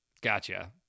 gotcha